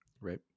Right